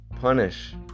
punish